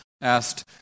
asked